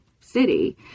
city